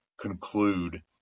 conclude